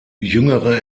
jüngere